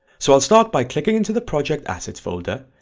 so i'll start by clicking into the project assets folder,